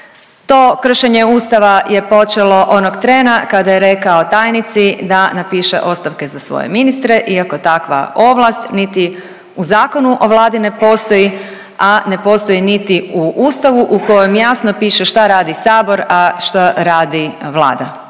To kršenje Ustava je počelo onog trena kada je rekao tajnici da napiše ostavke za svoje ministre iako takva ovlast niti u Zakonu o Vladi ne postoji, a ne postoji niti u Ustavu u kojem jasno piše šta radi Sabor, a šta radi Vlada